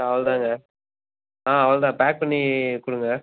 அவ்வளோ தாங்க ஆ அவ்வளோ தான் பேக் பண்ணி கொடுங்க